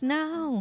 now